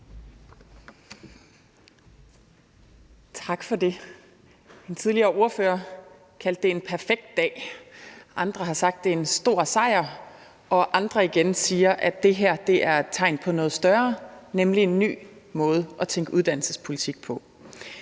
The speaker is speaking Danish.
Tak for det. Den tidligere ordfører kaldte det en perfekt dag. Andre har sagt, det er en stor sejr, og andre igen siger, at det her er et tegn på noget større, nemlig en ny måde at tænke uddannelsespolitik på.